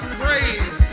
praise